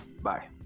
Bye